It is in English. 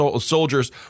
soldiers